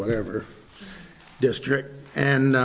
whatever district and